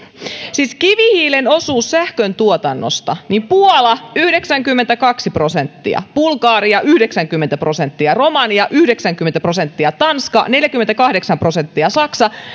siis kivihiilen osuus sähköntuotannosta puola yhdeksänkymmentäkaksi prosenttia bulgaria yhdeksänkymmentä prosenttia romania yhdeksänkymmentä prosenttia tanska neljäkymmentäkahdeksan prosenttia saksa